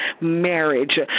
marriage